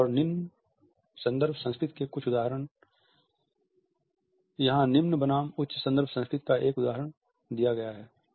उच्च और निम्न संदर्भ संस्कृति के कुछ उदाहरण यहाँ निम्न बनाम उच्च संदर्भ संस्कृति का एक उदाहरण दिया गया है